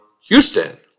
Houston